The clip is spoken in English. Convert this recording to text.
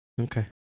Okay